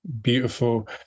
beautiful